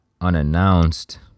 unannounced